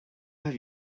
have